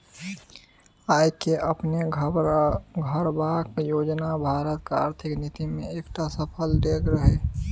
आय केँ अपने उघारब योजना भारतक आर्थिक नीति मे एकटा सफल डेग रहय